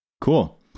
Cool